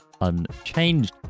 unchanged